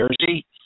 Jersey